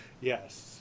Yes